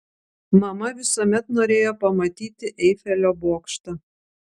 mama visuomet norėjo pamatyti eifelio bokštą